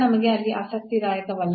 ನಮಗೆ ಅಲ್ಲಿ ಆಸಕ್ತಿದಾಯಕವಲ್ಲ